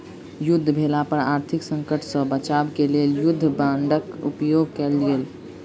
युद्ध भेला पर आर्थिक संकट सॅ बचाब क लेल युद्ध बांडक उपयोग कयल गेल